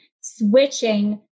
switching